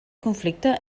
conflicte